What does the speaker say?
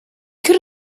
could